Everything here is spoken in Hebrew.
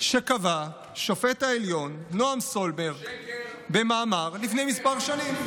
שקבע שופט העליון נעם סולברג במאמר לפני כמה שנים.